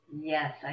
Yes